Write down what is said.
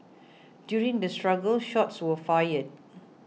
during the struggle shots were fired